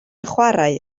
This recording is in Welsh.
chwarae